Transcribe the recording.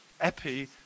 epi